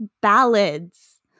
ballads